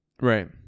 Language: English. Right